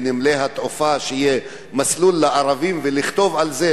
בנמלי התעופה שיהיה מסלול לערבים ולכתוב על זה,